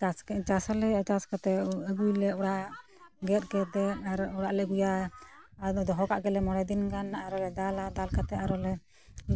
ᱪᱟᱥ ᱪᱟᱥᱟᱞᱮ ᱪᱟᱥ ᱠᱟᱛᱮ ᱟᱹᱜᱩᱭᱟᱞᱮ ᱚᱲᱟᱜ ᱜᱮᱛ ᱠᱟᱛᱮ ᱟᱨᱚ ᱚᱲᱟᱜ ᱞᱮ ᱟᱹᱜᱩᱭᱟ ᱟᱫᱚ ᱫᱚᱦᱚ ᱠᱟᱜ ᱜᱮᱞᱮ ᱢᱚᱬᱮ ᱫᱤᱱ ᱜᱟᱱ ᱟᱨᱚᱞᱮ ᱫᱟᱞᱟ ᱫᱟᱞ ᱠᱟᱛᱮᱜ ᱟᱨᱚᱞᱮ